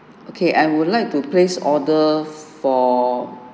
okay I would like to place order for